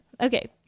Okay